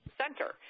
center